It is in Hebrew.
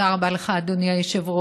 תודה רבה לך, אדוני היושב-ראש.